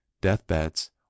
Death-beds